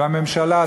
הממשלה,